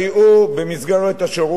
במסגרת השירות הזה,